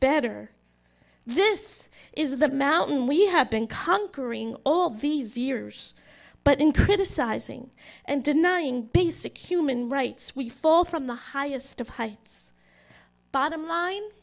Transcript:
better this is the mountain we have been conquering all these years but in criticizing and denying basic human rights we fall from the highest of high it's bottom line